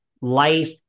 life